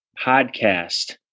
podcast